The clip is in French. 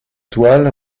toile